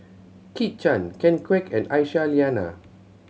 Kit Chan Ken Kwek and Aisyah Lyana